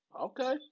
Okay